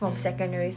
mm